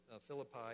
Philippi